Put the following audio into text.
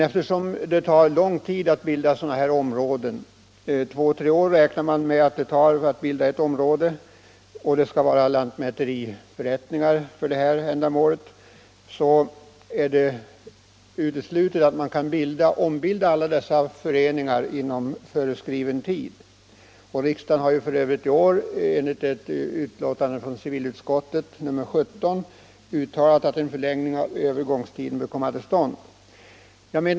Eftersom det tar lång tid att bilda sådana här områden — två å tre år räknar man med — och det skall vara lantmäteriförrättningar för ändamålet är det uteslutet att man skall hinna ombilda alla dessa Riksdagen har f.ö. i år med anledning av civilutskottets betänkande nr 17 uttalat att en förlängning av övergångstiden bör komma till stånd.